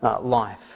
life